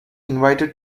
invited